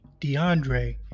DeAndre